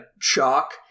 chalk